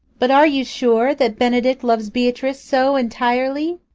but are you sure that benedick loves beatrice so entirely?